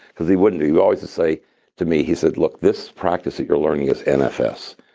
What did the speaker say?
because he wouldn't. he would always just say to me, he said, look, this practice that you're learning is nfs.